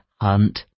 hunt